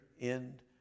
end